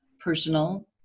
personal